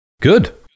good